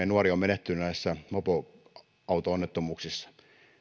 nuori on menehtynyt näissä mopoauto onnettomuuksissa